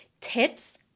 Tits